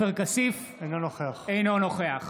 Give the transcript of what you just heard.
אינו נוכח